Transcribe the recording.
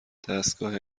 دستگاه